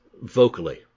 vocally